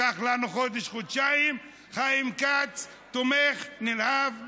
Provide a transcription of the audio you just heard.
לקח לנו חודש-חודשיים, חיים כץ תומך נלהב בחוק.